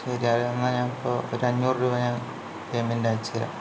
ശരി എന്നാൽ ഞാൻ ഇപ്പോൾ ഒരഞ്ഞൂറ് രൂപ ഞാൻ പേയ്മെൻറ്റ് അയച്ച് തരാം